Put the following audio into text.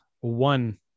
one